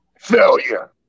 failure